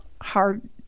hard